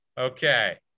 Okay